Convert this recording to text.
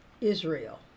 Israel